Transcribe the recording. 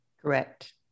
Correct